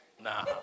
Nah